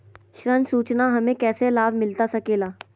ऋण सूचना हमें कैसे लाभ मिलता सके ला?